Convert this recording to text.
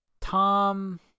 Tom